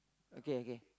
okay okay